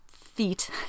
feet